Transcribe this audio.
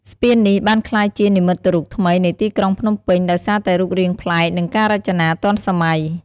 ស្ពាននេះបានក្លាយជា និមិត្តរូបថ្មីនៃទីក្រុងភ្នំពេញ ដោយសារតែរូបរាងប្លែក និងការរចនាទាន់សម័យ។